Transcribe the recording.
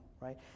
right